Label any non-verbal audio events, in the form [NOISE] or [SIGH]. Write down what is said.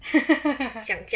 [LAUGHS]